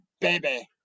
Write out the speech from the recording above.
baby